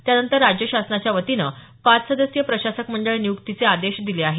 त्यानंतर राज्य शासनाच्या वतीनं पाच सदस्यीय प्रशासक मंडळ नियुक्तीचे आदेश दिले आहेत